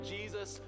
Jesus